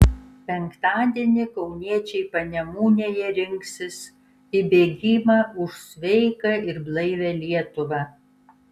penktadienį kauniečiai panemunėje rinksis į bėgimą už sveiką ir blaivią lietuvą